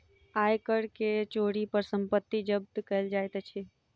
आय कर के चोरी पर संपत्ति जब्त कएल जाइत अछि